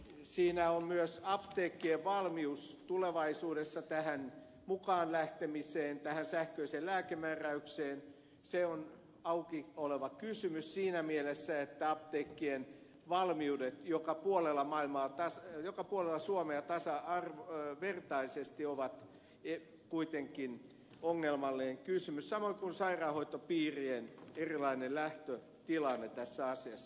siihen liittyy myös apteekkien valmius tulevaisuudessa lähteä mukaan tähän sähköiseen lääkemääräykseen mutta se on auki oleva kysymys siinä mielessä että apteekkien tasavertaiset valmiudet joka puolella suomea on kuitenkin ongelmallinen kysymys samoin kuin sairaanhoitopiirien erilainen lähtötilanne tässä asiassa